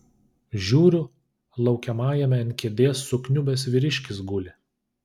žiūriu laukiamajame ant kėdės sukniubęs vyriškis guli